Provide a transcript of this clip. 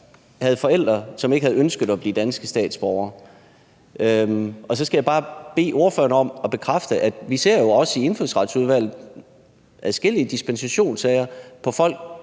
havde forældre, som ikke havde ønsket at blive danske statsborgere. Så skal jeg bare bede ordføreren om at bekræfte, at vi jo også i Indfødsretsudvalget ser adskillige dispensationssager på folk,